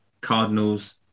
Cardinals